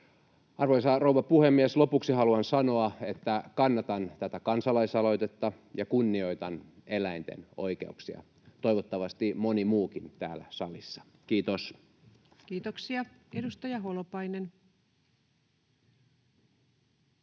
Arvoisa rouva puhemies! Lopuksi haluan sanoa, että kannatan tätä kansalaisaloitetta ja kunnioitan eläinten oikeuksia — toivottavasti moni muukin täällä salissa. — Kiitos. Kiitoksia. — Edustaja Holopainen.